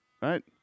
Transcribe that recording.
right